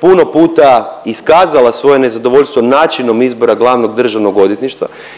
puno puta iskazala svoje nezadovoljstvo načinom izbora glavnog državnog odvjetništva,